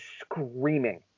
screaming